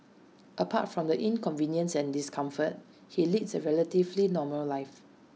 apart from the inconvenience and discomfort he leads A relatively normal life